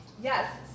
Yes